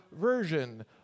version